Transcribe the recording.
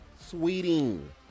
Sweeting